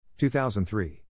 2003